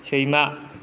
सैमा